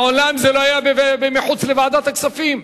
מעולם זה לא היה מחוץ לוועדת הכספים.